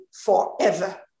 forever